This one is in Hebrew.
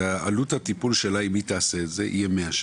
ועלות הטיפול שלה אם היא תעשה את זה יהיה 100 שקל.